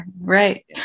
Right